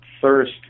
thirst